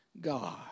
God